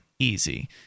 easy